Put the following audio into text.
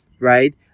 right